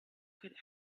could